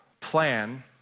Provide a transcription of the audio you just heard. plan